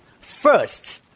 first